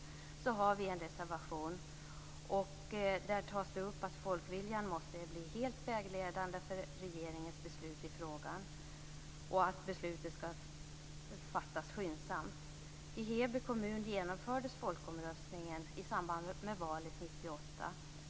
Det finns en reservation där man hävdar att folkviljan måste bli helt vägledande för regeringens beslut i frågan. Beslutet skall fattas skyndsamt. I Heby kommun genomfördes folkomröstningen i samband med valet 1998.